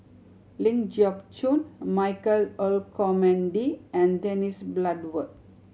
Ling Geok Choon Michael Olcomendy and Dennis Bloodworth